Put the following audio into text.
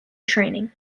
training